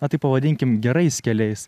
na taip pavadinkim gerais keliais